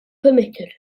permitted